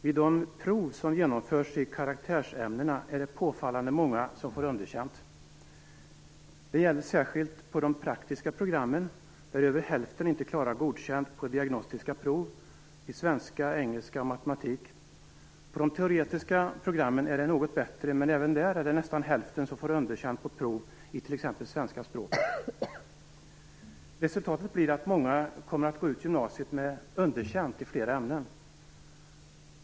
Vid de prov som genomförs i karaktärsämnena är det påfallande många som får underkänt. Detta gäller särskilt på de praktiska programmen, där över hälften inte klarar godkänt på diagnostiska prov i svenska, engelska och matematik. På de teoretiska programmen är det något bättre, men även där är det nästan hälften som får underkänt på prov i t.ex. svenska språket. Resultatet blir att många kommer att gå ut gymnasiet med underkänt i flera ämnen.